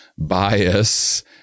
bias